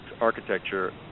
architecture